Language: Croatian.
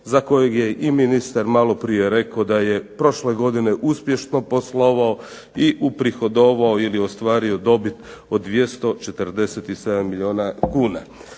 za kojeg je i ministar maloprije rekao da je prošle godine uspješno poslovao i prihodovao ili ostvario dobit od 247 milijuna kuna.